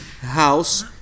house